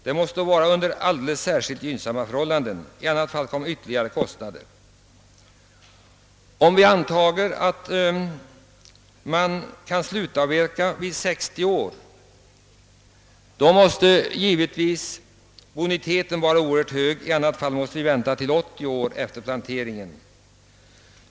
Det måste råda alldeles särskilt gynnsamma förhållanden, annars tillkommer ytterligare kostnader. Om vi antar att man kan slutavverka efter 60 år, då måste givetvis boniteten vara oerhört hög. I annat fall måste man vänta till efter 80 år.